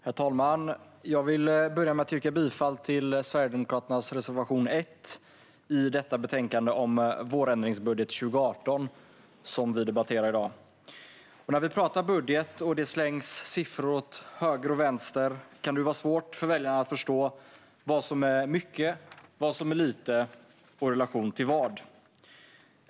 Herr talman! Jag vill börja med att yrka bifall till Sverigedemokraternas reservation 1 i betänkande Vårändringsbudget för 2018 som vi ska debattera i dag. När vi pratar budget och det slängs siffror åt höger och vänster kan det vara svårt för väljarna att förstå vad som är mycket och vad som är lite och i relation till vad.